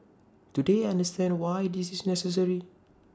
do they understand why this is necessary